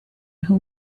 who